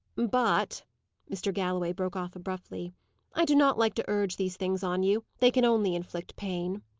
but mr. galloway broke off abruptly i do not like to urge these things on you they can only inflict pain.